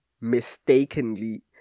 mistakenly